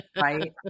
right